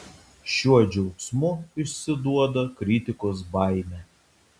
šiuo džiaugsmu išsiduoda kritikos baimę